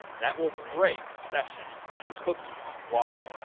that will break session and cookies. why?